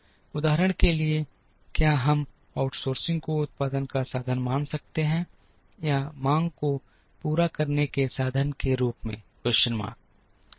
उदाहरण के लिए क्या हम आउटसोर्सिंग को उत्पादन का साधन मान सकते हैं या मांग को पूरा करने के साधन के रूप में